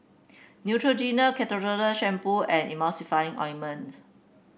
Neutrogena Shampoo and Ointment